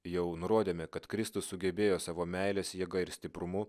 jau nurodėme kad kristus sugebėjo savo meilės jėga ir stiprumu